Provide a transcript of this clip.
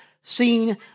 seen